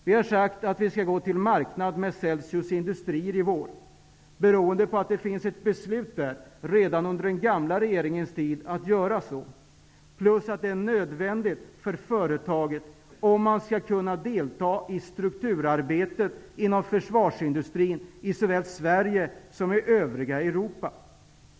Vi har sagt att vi skall gå till marknaden med Celsius Industrier i vår, beroende på att det fattades ett beslut redan under den gamla regeringens tid om att göra det, plus att det är nödvändigt för företaget, om man skall kunna delta i strukturarbetet inom försvarsindustrin i såväl Sverige som övriga Europa.